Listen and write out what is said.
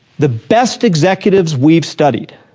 the best executives we've studied